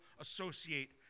associate